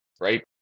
right